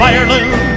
Ireland